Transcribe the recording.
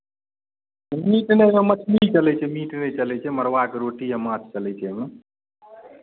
meat नहि मछली चलै छै मीट नहि चलै छै मड़ुआके रोटी आ माँछ चलै छै एहिमे